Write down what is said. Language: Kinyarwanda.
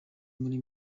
muri